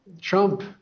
Trump